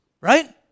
right